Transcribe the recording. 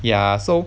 ya so